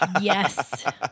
Yes